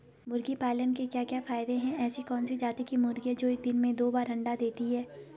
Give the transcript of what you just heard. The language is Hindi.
मुर्गी पालन के क्या क्या फायदे हैं ऐसी कौन सी जाती की मुर्गी है जो एक दिन में दो बार अंडा देती है?